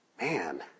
man